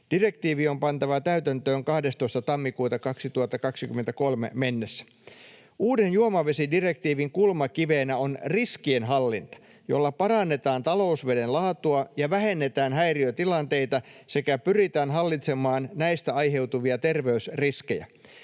Direktiivi on pantava täytäntöön 12.1.2023 mennessä. Uuden juomavesidirektiivin kulmakivenä on riskienhallinta, jolla parannetaan talousveden laatua ja vähennetään häiriötilanteita sekä pyritään hallitsemaan näistä aiheutuvia terveysriskejä.